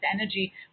energy